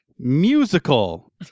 Musical